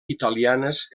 italianes